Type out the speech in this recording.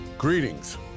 Greetings